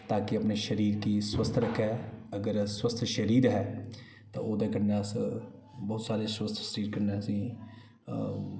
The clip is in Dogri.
ताकि अपने शरीर गी स्वस्थ रक्खै अगर स्वस्थ शरीर ऐ ते ओह्दे कन्नै अस बहुत सारे स्वस्थ शरीर कन्नै असें ई